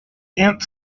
aunt